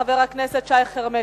חבר הכנסת שי חרמש,